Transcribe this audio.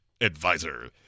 advisor